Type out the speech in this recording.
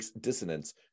dissonance